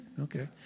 Okay